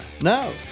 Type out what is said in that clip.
no